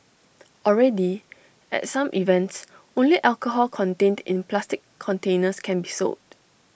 already at some events only alcohol contained in plastic containers can be sold